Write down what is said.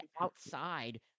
outside